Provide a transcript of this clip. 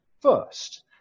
first